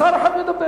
שר אחד מדבר.